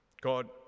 God